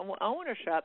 ownership